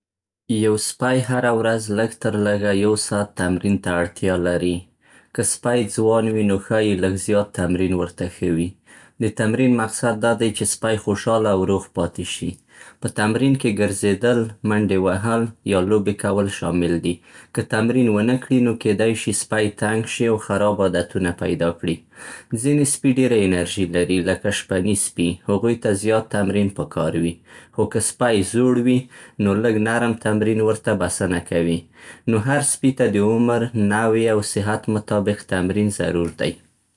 یو سپی هره ورځ لږ تر لږه یو ساعت تمرین ته اړتیا لري. که سپی ځوان وي، نو ښايي لږ زیات تمرین ورته ښه وي. د تمرین مقصد دا دی چې سپی خوشاله او روغ پاتې شي. په تمرین کې ګرځېدل، منډې وهل، یا لوبې کول شامل دي. که تمرین و نه کړي؛ نو کیدی شي سپی تنګ شي او خراب عادتونه پیدا کړي. ځینې سپي ډېره انرژي لري، لکه شپني سپي، هغوی ته زیات تمرین پکار وي. خو که سپی زوړ وي؛ نو لږ نرم تمرین ورته بسنه کوي. نو هر سپي ته د عمر، نوعې، او صحت مطابق تمرین ضرور دی.